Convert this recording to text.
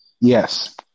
Yes